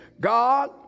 God